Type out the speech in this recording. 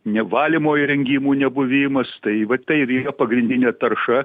ne valymo įrengimų nebuvimas tai vat tai ir yra pagrindinė tarša